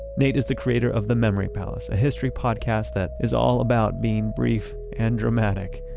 nate is the creator of the memory palace, a history podcast that is all about being brief and dramatic.